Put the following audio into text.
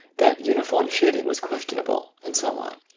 that uniform shading was question able, and so on.